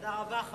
תודה רבה.